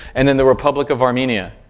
and then the republic of armenia